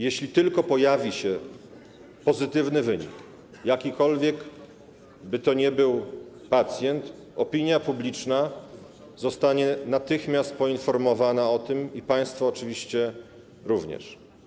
Jeśli tylko pojawi się pozytywny wynik, jakikolwiek by to był pacjent, opinia publiczna zostanie o tym natychmiast poinformowana i państwo oczywiście również.